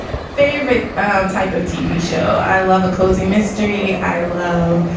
favorite um type of tv show. i love a cozy mystery. i love,